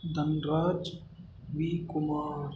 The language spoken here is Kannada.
ಧನ್ರಾಜ್ ವಿ ಕುಮಾರ್